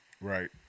Right